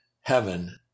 heaven